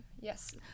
Yes